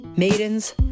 Maidens